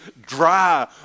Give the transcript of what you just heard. dry